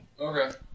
Okay